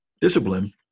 discipline